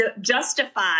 justify